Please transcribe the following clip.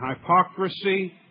hypocrisy